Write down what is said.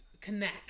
connect